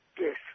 Yes